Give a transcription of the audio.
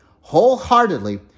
wholeheartedly